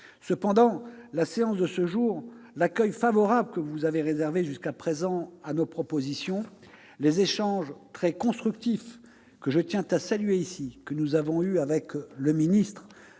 Cependant, la séance de ce jour, l'accueil favorable qui a été réservé jusqu'à présent à nos propositions et les échanges très constructifs, je tiens à le souligner ici, que nous avons eus avec le ministre